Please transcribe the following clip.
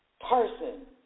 person